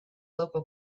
local